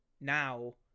now